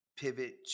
pivot